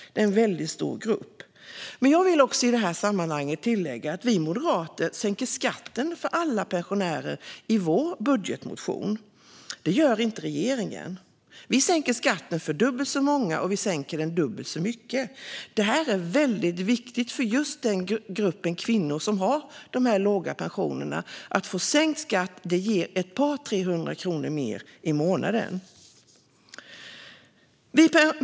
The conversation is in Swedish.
Det är en väldigt stor grupp. Jag vill i det här sammanhanget också tillägga att vi moderater i vår budgetmotion sänker skatten för alla pensionärer. Det gör inte regeringen. Vi sänker skatten för dubbelt så många, och vi sänker den dubbelt så mycket. Detta är väldigt viktigt för just den grupp kvinnor som har dessa låga pensioner. Sänkt skatt ger ett par tre hundra kronor mer i månaden.